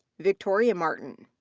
victoria martin.